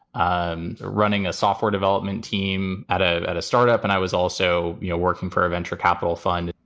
um running a software development team at a at a startup. and i was also, you know, working for a venture capital fund.